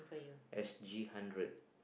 S_G hundred